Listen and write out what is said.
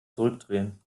zurückdrehen